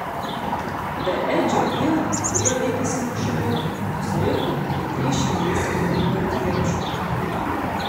be edžio vyrų kurie laikėsi nuošaliau susirinko kokie trys šimtai senųjų gvardiečių